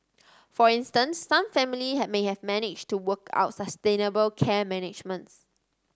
for instance some families have may managed to work out sustainable care arrangements